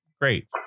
great